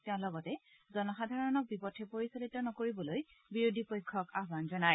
তেওঁ লগতে জনসাধাৰণক বিপথে পৰিচালিত নকৰিবলৈ বিৰোধী পক্ষক আহান জনায়